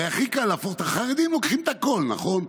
הרי הכי קל להפוך, החרדים לוקחים את הכול, נכון?